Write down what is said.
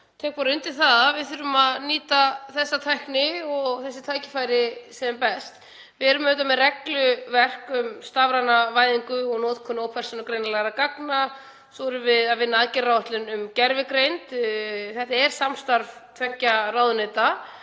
tek bara undir það að við þurfum að nýta þessa tækni og þessi tækifæri sem best. Við erum með regluverk um stafræna væðingu og notkun ópersónugreinanlegra gagna og svo erum við að vinna aðgerðaáætlun um gervigreind, þetta er samstarf tveggja ráðuneyta.